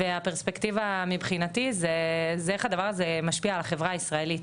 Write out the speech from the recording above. והפרספקטיבה מבחינתי זה איך הדבר הזה משפיע על החברה הישראלית,